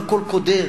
לא הכול קודר,